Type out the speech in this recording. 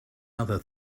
other